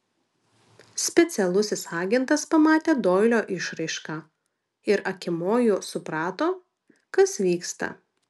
specialusis agentas pamatė doilio išraišką ir akimoju suprato kas vyksta